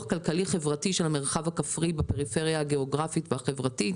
הכלכלי-חברתי של המרחב הכפרי בפריפריה הגיאוגרפית והחברתית.